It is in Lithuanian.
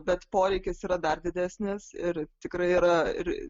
bet poreikis yra dar didesnis ir tikrai yra ir